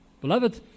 Beloved